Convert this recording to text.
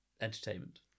entertainment